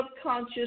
subconscious